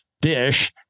dish